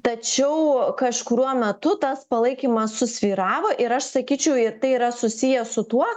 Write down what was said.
tačiau kažkuriuo metu tas palaikymas susvyravo ir aš sakyčiau ir tai yra susiję su tuo